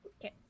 Okay